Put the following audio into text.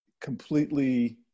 completely